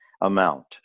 amount